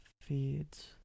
feeds